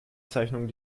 zeichnung